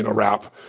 and rap